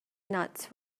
nuts